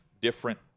different